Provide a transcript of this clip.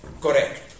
correct